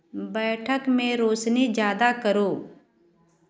बैठक में रोशनी ज़्यादा करो